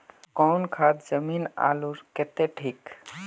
कौन खान जमीन आलूर केते ठिक?